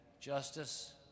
Justice